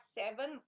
seven